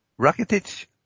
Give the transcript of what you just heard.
Rakitic